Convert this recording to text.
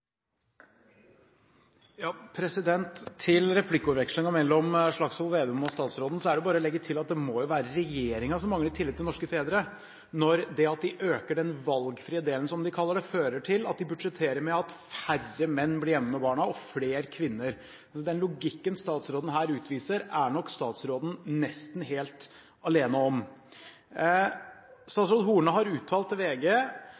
det bare å legge til at det må jo være regjeringen som mangler tillit til norske fedre, når det at de øker den valgfrie delen, som de kaller det, fører til at de budsjetterer med at færre menn og flere kvinner blir hjemme med barna. Den logikken statsråden her utviser, er nok statsråden nesten helt alene om. Horne har uttalt til VG